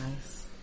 Nice